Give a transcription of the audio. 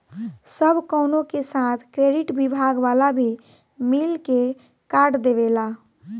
सब कवनो के साथ क्रेडिट विभाग वाला भी मिल के कार्ड देवेला